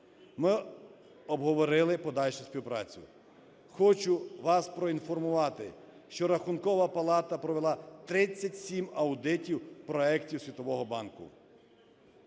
ми обговорили подальшу співпрацю. Хочу вас проінформувати, що Рахункова палата провела 37 аудитів проектів Світового банку.